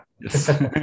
Yes